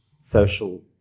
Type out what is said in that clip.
social